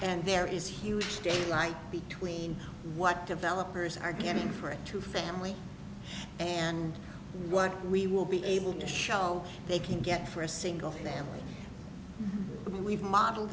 and there is huge daylight between what developers are getting for it to family and what we will be able to show they can get for a single family we've modeled